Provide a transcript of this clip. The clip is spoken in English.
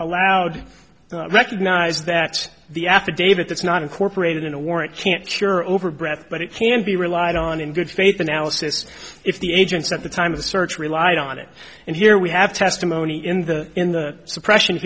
allowed recognize that the affidavit that's not incorporated in a warrant can't cure over breath but it can be relied on in good faith analysis if the agents at the time of the search relied on it and here we have testimony in the in the suppression